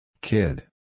Kid